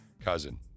cousin